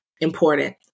important